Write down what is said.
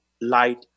light